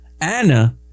Anna